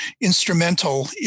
instrumental